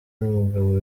n’umugabo